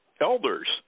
elders